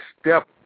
step